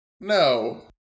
No